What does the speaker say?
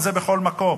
אם זה בכל מקום.